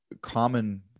common